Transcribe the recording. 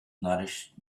nourished